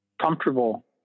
comfortable